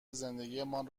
زندگیمان